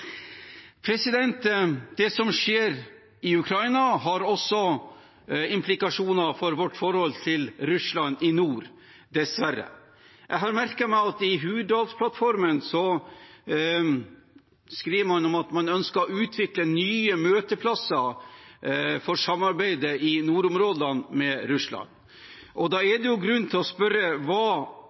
Det som skjer i Ukraina, har også implikasjoner for vårt forhold til Russland i nord, dessverre. Jeg har merket meg at i Hurdalsplattformen skriver man at man ønsker å utvikle nye møteplasser for samarbeidet i nordområdene med Russland. Da er det grunn til å spørre: Hva